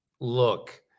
look